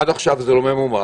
עד עכשיו זה לא ממומש.